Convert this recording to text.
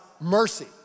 mercy